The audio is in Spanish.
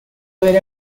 haber